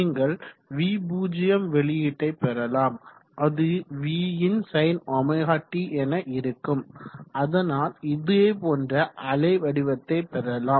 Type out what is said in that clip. நீங்கள் v0 வெளியீட்டை பெறலாம் அது vinsinωt என இருக்கும் அதனால் இதே போன்ற அலைவடிவத்தை பெறலாம்